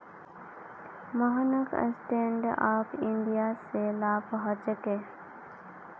मोहनक stand up India स लाभ ह छेक